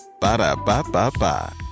Ba-da-ba-ba-ba